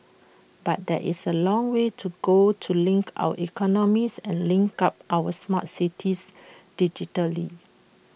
but there is A long way to go to link our economies and link up our smart cities digitally